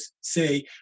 say